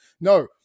no